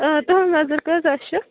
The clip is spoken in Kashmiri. تٕہٕنٛز نظر کۭژاہ چھِ